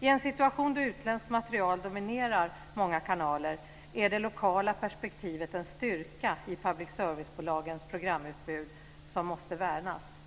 I en situation då utländskt material dominerar många kanaler är det lokala perspektivet en styrka i public service-bolagens programutbud som måste värnas.